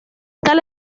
tal